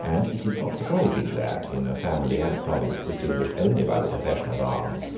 and it is not surprising that, in a family and province distinguished only by the profession of arms,